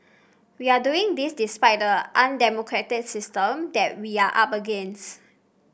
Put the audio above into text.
we are doing this despite the undemocratic system that we are up against